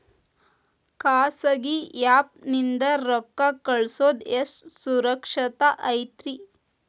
ಖಾಸಗಿ ಆ್ಯಪ್ ನಿಂದ ರೊಕ್ಕ ಕಳ್ಸೋದು ಎಷ್ಟ ಸುರಕ್ಷತಾ ಐತ್ರಿ?